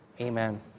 amen